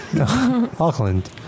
Auckland